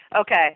Okay